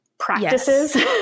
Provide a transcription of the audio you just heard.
practices